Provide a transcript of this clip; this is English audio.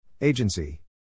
Agency